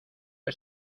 que